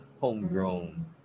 Homegrown